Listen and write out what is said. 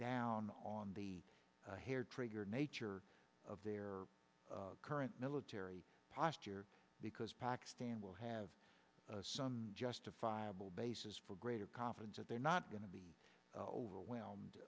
down on the hair trigger nature of their current military posture because pakistan will have some justifiable basis for greater confidence that they're not going to be overwhelmed